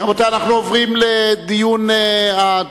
רבותי, אנחנו עוברים לדיון הסיעתי,